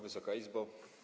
Wysoka Izbo!